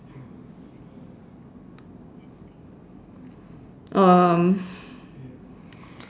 um